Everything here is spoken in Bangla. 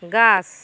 গাছ